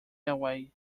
away